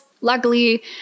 Luckily